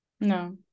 No